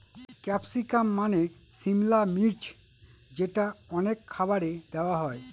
capsicum মানে সিমলা মির্চ যেটা অনেক খাবারে দেওয়া হয়